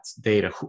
data